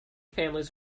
families